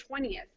20th